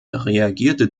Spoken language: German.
reagierte